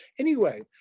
anyway,